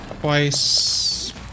Twice